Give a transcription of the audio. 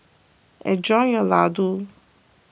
enjoy your Ladoo